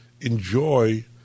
enjoy